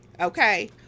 okay